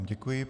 Děkuji.